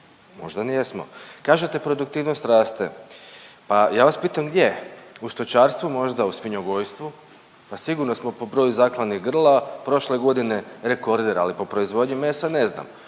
Možda nijesmo. Kažete produktivnost raste. Pa ja vas pitam gdje? U stočarstvu možda? U svinjogojstvu? Pa sigurno smo po broju zaklanih grla prošle godine rekorder, ali po proizvodnji mesa ne znam.